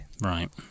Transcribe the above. right